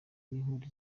n’inkuru